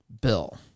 bill